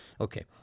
Okay